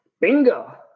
Bingo